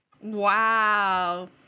Wow